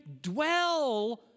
dwell